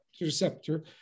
receptor